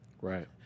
Right